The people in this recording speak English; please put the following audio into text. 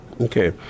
okay